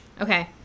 okay